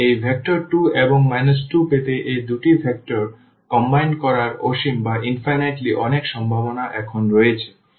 এবং এই ভেক্টর 2 এবং 2 পেতে এই দুটি ভেক্টর একত্রিত করার অসীম অনেক সম্ভাবনা এখন রয়েছে